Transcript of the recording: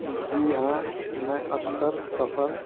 جی ہاں میں اکثر سفر